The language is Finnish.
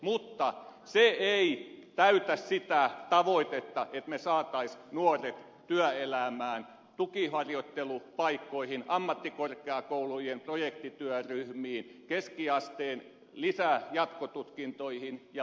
mutta se ei täytä sitä tavoitetta että me saisimme nuoret työelämään tukiharjoittelupaikkoihin ammattikorkeakoulujen projektityöryhmiin keskiasteen lisäjatkotutkintoihin ja muihin